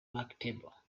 marketable